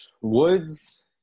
Woods